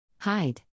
Hide